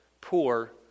poor